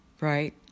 right